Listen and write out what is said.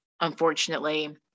unfortunately